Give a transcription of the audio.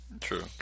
True